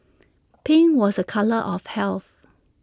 pink was A colour of health